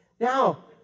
Now